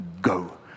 go